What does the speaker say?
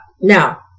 Now